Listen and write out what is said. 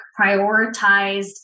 prioritized